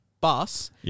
bus